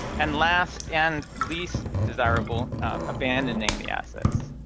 and last and least desirable abandoning the assets.